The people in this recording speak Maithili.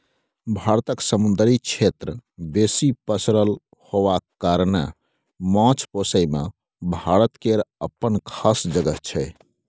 भारतक समुन्दरी क्षेत्र बेसी पसरल होबाक कारणेँ माछ पोसइ मे भारत केर अप्पन खास जगह छै